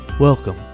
Welcome